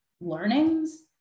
learnings